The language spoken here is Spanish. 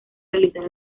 realizar